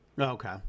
Okay